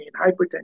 hypertension